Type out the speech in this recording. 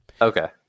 Okay